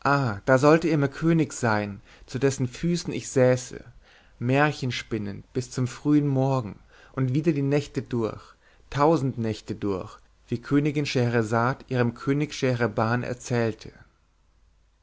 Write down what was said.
da sollte er mir könig sein zu dessen füßen ich säße märchen spinnend bis zum frühen morgen und wieder die nächte durch tausend nächte durch wie königin schehersad ihrem könig scheherban erzählte